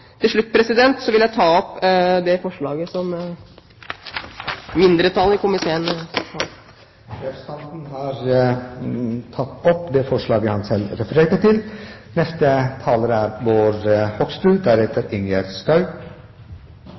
Til slutt vil jeg ta opp forslaget fra mindretallet i komiteen. Representanten Gorm Kjernli har tatt opp det forslaget han refererte til.